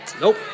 Nope